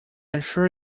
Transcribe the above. assure